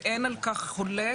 ואין על כך חולק,